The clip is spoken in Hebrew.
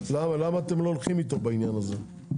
למה אתם לא הולכים איתו בעניין הזה?